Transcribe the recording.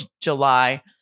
July